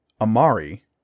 Amari